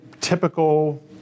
typical